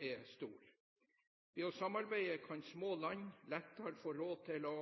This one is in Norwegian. er stor. Ved å samarbeide kan små land lettere få råd til å